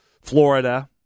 Florida